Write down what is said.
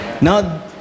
Now